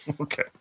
Okay